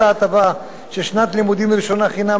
של שנת לימודים ראשונה חינם לחיילים משוחררים